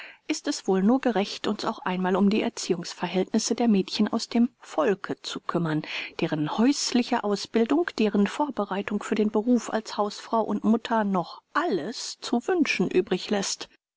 ist es wohl nur gerecht uns auch einmal um die erziehungsverhälnisse der mädchen aus dem volke zu kümmern deren häusliche ausbildung deren vorbereitung für den beruf als hausfrau und mutter noch alles zu wünschen übrig läßt